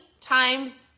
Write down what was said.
times